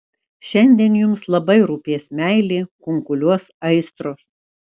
šiandien jums labai rūpės meilė kunkuliuos aistros